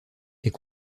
est